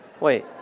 Wait